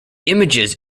images